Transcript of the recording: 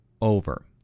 over